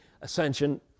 ascension